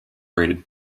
rated